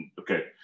Okay